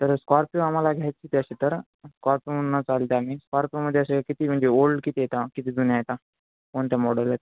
तर स्कॉर्पिओ आम्हाला घ्यायची आहे अशी तर स्कॉर्पियोनं चालते आम्ही स्कॉर्पियोमध्ये असे किती म्हणजे ओल्ड किती येता किती जुन्या येता कोणत्या मॉडेल आहेत